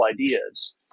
ideas